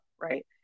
Right